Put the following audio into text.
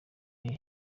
y’i